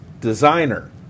designer